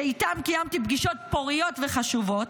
שאיתם קיימתי פגישות פוריות וחשובות,